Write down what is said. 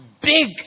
big